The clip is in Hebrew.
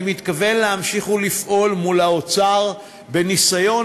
אני מתכוון להמשיך לפעול מול האוצר בניסיון